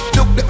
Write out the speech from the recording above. Look